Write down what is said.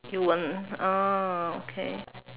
you won't oh okay